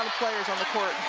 players on the court.